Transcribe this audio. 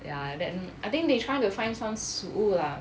ya then I think they trying to find some 食物 lah